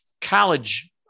college